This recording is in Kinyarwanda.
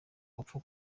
wapfa